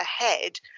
ahead